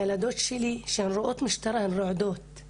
כשהילדות שלי רואות משטרה הן רועדות,